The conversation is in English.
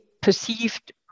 perceived